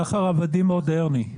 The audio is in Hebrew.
סחר עבדים מודרני.